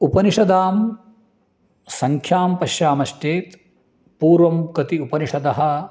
उपनिषदां सङ्ख्यां पश्यामश्चेत् पूर्वं कति उपनिषदः